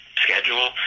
schedule